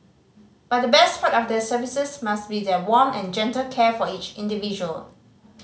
but the best part of their services must be their warm and gentle care for each individual